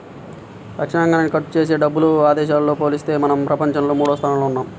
రక్షణరంగానికి ఖర్చుజేసే డబ్బుల్లో ఇదేశాలతో పోలిత్తే మనం ప్రపంచంలో మూడోస్థానంలో ఉన్నాం